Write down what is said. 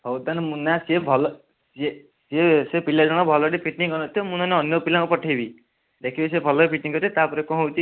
ହଉ ତାହେନେ ମୁନା ସିଏ ଭଲ ସିଏ ସିଏ ପିଲାଜଣ ଭଲରେ ଫିଟିଙ୍ଗ କରିନଥିବ ମୁଁ ନହେନେ ଅନ୍ୟ ପିଲାଙ୍କୁ ପଠେଇବି ଦେଖିବେ ସେ ଭଲରେ ଫିଟିଙ୍ଗ କରିବେ ତାପରେ କଣ ହେଉଛି